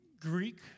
Greek